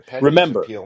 Remember